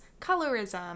colorism